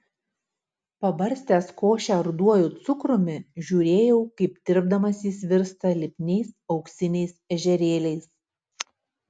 pabarstęs košę ruduoju cukrumi žiūrėjau kaip tirpdamas jis virsta lipniais auksiniais ežerėliais